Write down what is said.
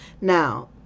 Now